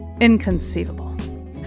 inconceivable